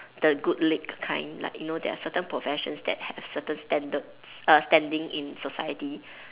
the good league kind like you know there are certain professions that have certain standards err standing in society